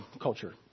culture